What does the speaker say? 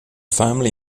family